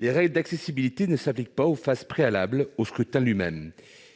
les règles d'accessibilité ne s'appliquent pas aux « phases préalables au scrutin lui-même,